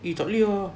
eh tak boleh ah